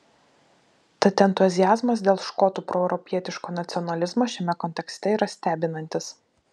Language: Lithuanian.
tad entuziazmas dėl škotų proeuropietiško nacionalizmo šiame kontekste yra stebinantis